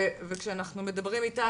וכשאנחנו מדברים אתך,